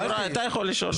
יוראי, אתה יכול לשאול.